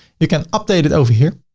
you can update it over here